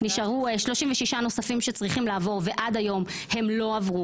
נשארו 36 נוספים שצריכים לעבור ועד היום הם לא עברו